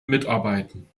mitarbeiten